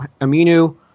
Aminu